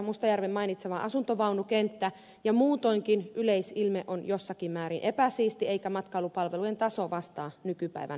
mustajärven mainitsema asuntovaunukenttä ja muutoinkin yleisilme on jossakin määrin epäsiisti eikä matkailupalvelujen taso vastaa nykypäivän vaatimuksia